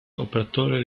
operatore